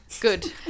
Good